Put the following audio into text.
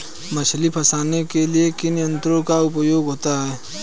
मछली फंसाने के लिए किन यंत्रों का उपयोग होता है?